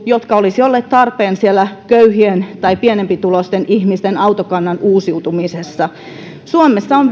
jotka olisivat olleet tarpeen köyhien tai pienempituloisten ihmisten autokannan uusiutumisessa suomessa on